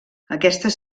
aquestes